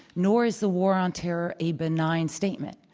nor is the war on terror a benign statement.